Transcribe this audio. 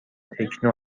تکنو